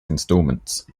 installments